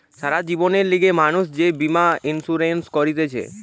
সারা জীবনের লিগে মানুষ যে বীমা ইন্সুরেন্স করতিছে